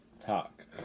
Talk